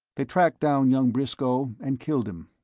they tracked down young briscoe and killed him.